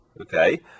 okay